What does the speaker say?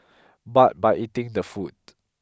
but by eating the food